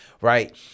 right